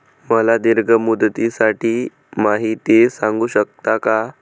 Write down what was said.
मला दीर्घ मुदतीसाठी माहिती सांगू शकता का?